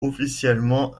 officiellement